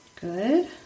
Good